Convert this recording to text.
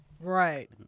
Right